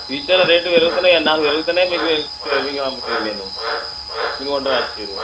ఫ్యూచర్లో రేట్లు పెరుగుతున్నాయండి నాకు పెరుగుతున్నయి మీకు మీకు అమ్ముతున్నాను నేను మీరు కొనడానికి వచ్చారు